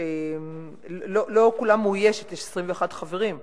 לא כולה מאוישת, יש 21 חברים,